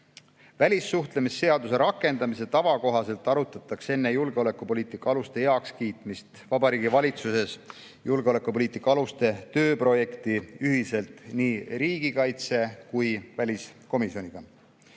Välissuhtlemisseaduse rakendamise tava kohaselt arutatakse enne julgeolekupoliitika aluste heakskiitmist Vabariigi Valitsuses julgeolekupoliitika aluste tööprojekti ühiselt nii riigikaitse‑ kui ka väliskomisjoniga.